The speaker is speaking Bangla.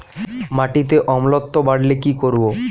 মাটিতে অম্লত্ব বাড়লে কি করব?